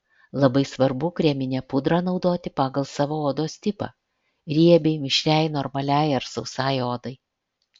labai svarbu kreminę pudrą naudoti pagal savo odos tipą riebiai mišriai normaliai ar sausai odai